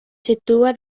situa